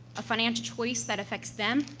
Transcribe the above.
a financial choice that affects them,